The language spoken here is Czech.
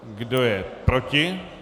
Kdo je proti?